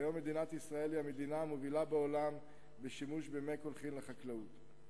היום מדינת ישראל היא המדינה המובילה בעולם בשימוש במי קולחין לחקלאות.